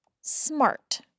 smart